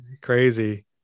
crazy